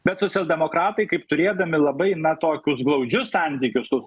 bet socialdemokratai kaip turėdami labai na tokius glaudžius santykius su